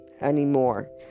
anymore